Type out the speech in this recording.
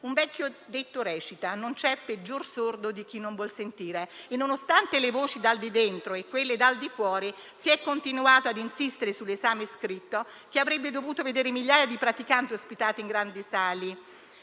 Un vecchio detto recita: non c'è peggior sordo di chi non vuol sentire; e nonostante le voci, quelle dal di dentro e quelle dal di fuori, si è continuato ad insistere sull'esame scritto, che avrebbe dovuto vedere migliaia di praticanti ospitati in grandi sale,